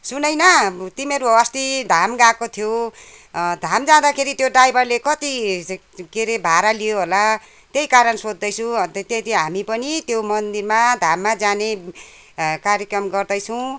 सुनायना तिमीहरू अस्ति धाम गएको थियौ धाम जाँदाखेरि त्यो ड्राइभरले कति चाहिँ के अरे भाडा लियो होला त्यही कारण सोद्धैछु अन्त त्यही त्यही हामी पनि त्यो मन्दिरमा धाममा जाने कार्यक्रम गर्दैछौँ